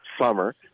summer